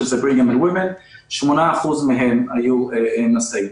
בריגהאם אנד וימנס 8% מהם היו נשאים.